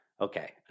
Okay